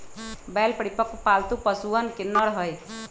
बैल परिपक्व, पालतू पशुअन के नर हई